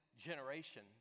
generation